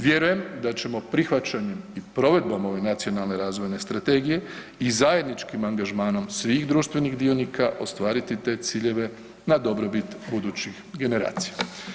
Vjerujem da ćemo prihvaćanjem i provedbom ove Nacionalne razvojne strategije i zajedničkim angažmanom svih društvenih dionika ostvariti te ciljeve na dobrobit budućih generacija.